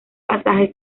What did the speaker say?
pasaje